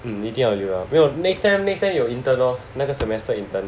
mm 一定要留了没有 next sem next sem 有 intern lor 那个 semester intern